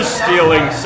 stealing